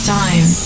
time